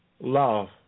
love